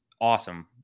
awesome